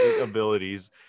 abilities